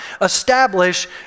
establish